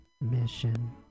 mission